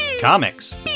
comics